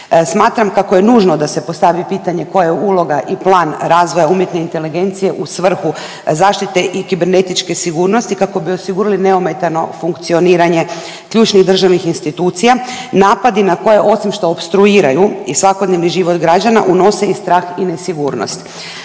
Smatram kako je nužno da se postavi pitanje koja je uloga i plan razvoja umjetne inteligencije u svrhu zaštite i kibernetičke sigurnosti kako bi osigurali neometano funkcioniranje ključnih državnih institucija, napadi na koje, osim što opstruiraju i svakodnevni život građana, unose i strah i nesigurnost.